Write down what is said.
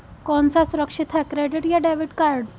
कौन सा सुरक्षित है क्रेडिट या डेबिट कार्ड?